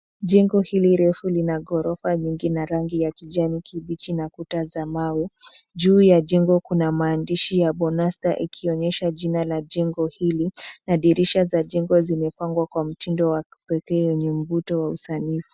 Jengo hili refu lina ghorofa nyingi na rangi ya kijani kibichi na kuta za mawe. Juu ya jengo, kuna maandishi ya Bonasta, ikionyesha jina la jengo hili na dirisha za jengo zimepangwa kwa mtindo wa kipekee, wenye mvuto wa usanifu.